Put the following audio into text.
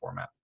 formats